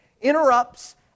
interrupts